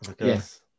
Yes